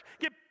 Get